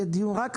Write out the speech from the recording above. עוסקים